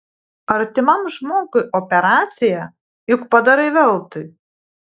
artimam žmogui operaciją juk padarai veltui